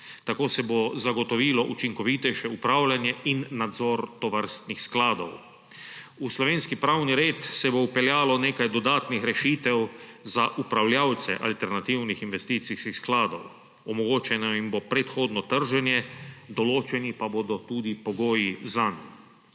Tako se bo zagotovilo učinkovitejše upravljanje in nadzor tovrstnih skladov. V slovenski pravni red se bo vpeljalo nekaj dodatnih rešitev za upravljavce alternativnih investicijskih skladov. Omogočeno jim bo predhodno trženje, določeni pa bodo tudi pogoji zanj.